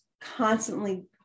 constantly